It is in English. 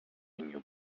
new